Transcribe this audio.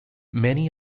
many